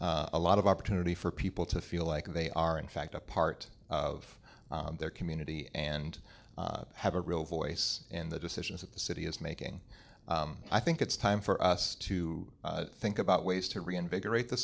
d a lot of opportunity for people to feel like they are in fact a part of their community and have a real voice in the decisions that the city is making i think it's time for us to think about ways to reinvigorate the